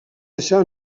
deixar